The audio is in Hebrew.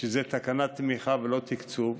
שזאת תקנת תמיכה ולא תקצוב.